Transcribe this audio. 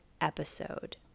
episode